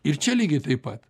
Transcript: ir čia lygiai taip pat